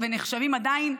ונחשבים עדיין,